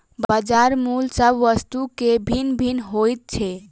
बजार मूल्य सभ वस्तु के भिन्न भिन्न होइत छै